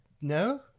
No